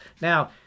Now